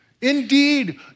Indeed